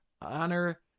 honor